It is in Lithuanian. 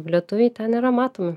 lietuviai ten yra matomi